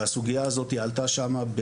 והסוגייה הזאתי עלתה שם.